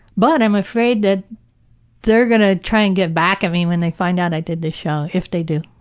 but, i'm afraid that they're going to try to and get back at me when they find out i did this show. if they do.